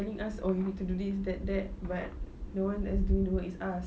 telling us oh you need to do this that that but the one that is doing the work is us